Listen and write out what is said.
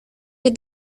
que